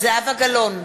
זהבה גלאון,